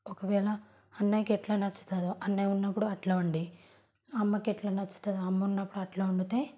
ఒకవేళ అన్నయ్యకి ఎలా నచ్చుతుందో అన్నయ్య ఉన్నప్పుడు అలా వండి అమ్మకి ఎలా నచ్చుతుందో అమ్మ ఉన్నప్పుడు అలా వండితే